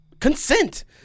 Consent